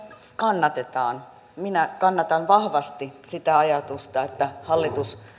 kannatetaan minä kannatan vahvasti sitä ajatusta että hallitus